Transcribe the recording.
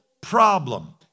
problem